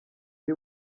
iri